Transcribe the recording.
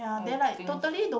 I think